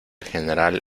general